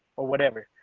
or whatever.